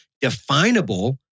definable